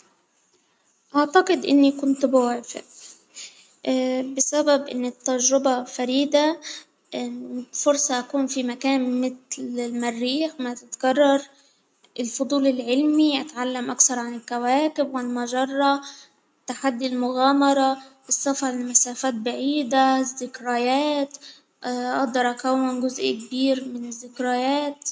أعتقد إني كنت بوافئ، بسبب إن التجربة فريدة فرصة أكون في مكان متل للمريخ ما تتكرر، الفضول العلمي أتعلم أكتر عن الكواكب ، المجرة، تحدي المغامرة، السفر بعيدة، ذكريات أقدر أكون جزء كبير من الذكريات.